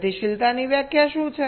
ગતિશીલતાની વ્યાખ્યા શું છે